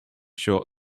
short